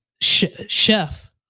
chef